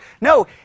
No